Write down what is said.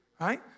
right